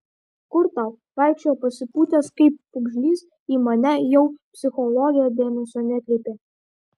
kur tau vaikščiojo pasipūtęs kaip pūgžlys į mane jau psichologę dėmesio nekreipė